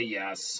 yes